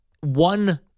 one